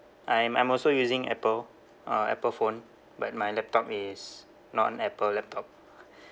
I'm I'm also using apple uh apple phone but my laptop is not an apple laptop